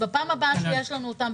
בפעם הבאה שיש לנו אותם,